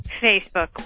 Facebook